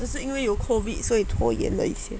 这是因为有 COVID 所以拖延了一些